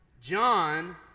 John